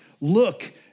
Look